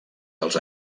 dels